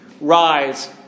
rise